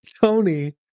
Tony